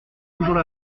toujours